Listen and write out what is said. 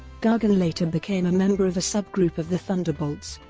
gargan later became a member of a sub-group of the thunderbolts,